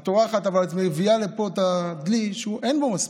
את טורחת, אבל את מביאה לפה דלי שאין בו מספיק,